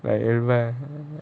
like everywhere